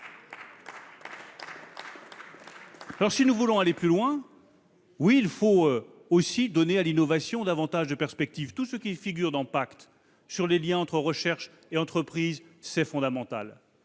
nation. Si nous voulons aller plus loin, il faut aussi donner à l'innovation davantage de perspectives. Tout ce qui figure dans le texte sur les liens entre recherche et entreprises est à cet